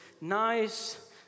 nice